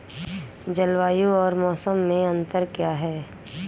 जलवायु और मौसम में अंतर क्या है?